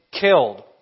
killed